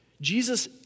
Jesus